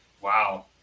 Wow